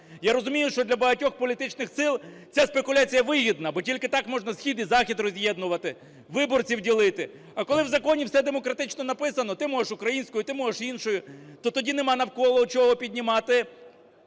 Я розумію, що для багатьох політичних сил ця спекуляція вигідна, бо тільки так можна схід і захід роз'єднувати, виборців ділити. А коли в законі все демократично написано – ти можеш українською, ти можеш іншою – то тоді нема навколо чого піднімати